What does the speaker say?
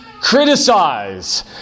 criticize